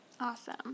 Awesome